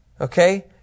okay